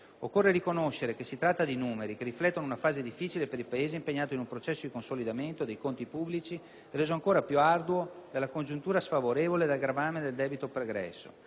Occorre riconoscere che si tratta di numeri che riflettono una fase difficile per il Paese, impegnato in un processo di consolidamento dei conti pubblici reso ancora più arduo dalla congiuntura sfavorevole e dal gravame del debito pregresso,